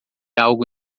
algo